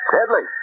Deadly